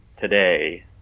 today